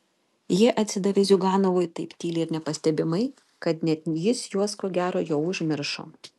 jie atsidavė ziuganovui taip tyliai ir nepastebimai kad net jis juos ko gero jau užmiršo